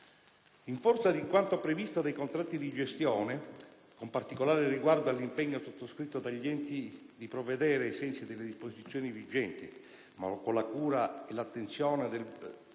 In forza di quanto previsto dai contratti di gestione, con particolare riguardo all'impegno sottoscritto dagli enti di provvedere, ai sensi delle disposizioni vigenti, ma con la cura e l'attenzione del buon